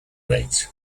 rate